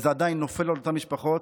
זה עדיין נופל על אותן משפחות.